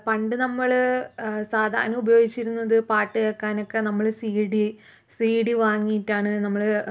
പണ്ട് നമ്മള് സാധാരണ ഉപയോഗിച്ചിരുന്നത് പാട്ട് കേൾക്കാനൊക്കെ നമ്മള് സീഡി സീഡി വാങ്ങീട്ടാണ് നമ്മള്